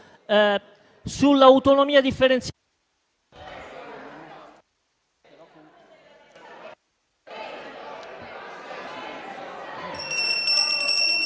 sull'autonomia differenziata.